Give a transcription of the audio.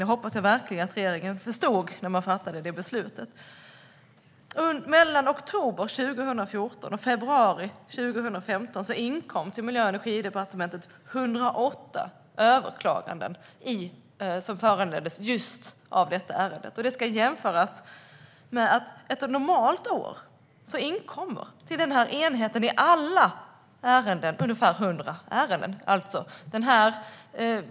Det hoppas jag verkligen att regeringen förstod när man fattade det beslutet. Mellan oktober 2014 och februari 2015 inkom till Miljö och energidepartementet 108 överklaganden som föranleddes av just den här frågan. Det ska jämföras med att det ett normalt år inkommer till denna enhet ungefär totalt 100 ärenden.